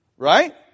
Right